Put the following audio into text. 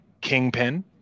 Kingpin